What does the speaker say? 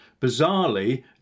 bizarrely